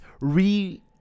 re